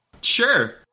Sure